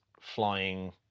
flying